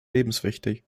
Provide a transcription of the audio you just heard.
lebenswichtig